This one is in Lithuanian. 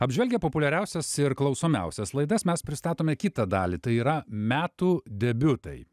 apžvelgia populiariausias ir klausomiausias laidas mes pristatome kitą dalį tai yra metų debiutai